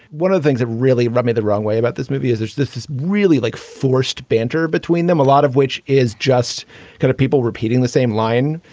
one of the things that really rubs me the wrong way about this movie is there's this is really like forced banter between them, a lot of which is just kind of people repeating the same line.